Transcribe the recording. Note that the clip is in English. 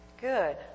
Good